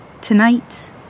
tonight